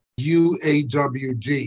UAWD